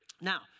Now